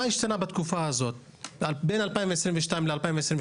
ומה השתנה בתקופה הזאת בין 2022 ל-2023?